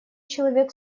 человек